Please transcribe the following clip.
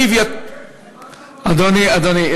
אדוני,